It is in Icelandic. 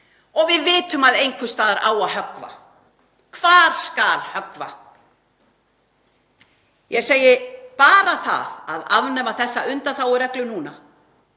Við vitum að einhvers staðar á að höggva. Hvar skal höggva? Ég segi: Bara það að afnema þessa undanþágureglu núna,